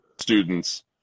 students